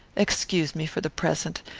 excuse me for the present.